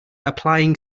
applying